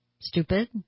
Stupid